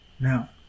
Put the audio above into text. Now